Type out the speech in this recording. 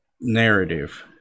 narrative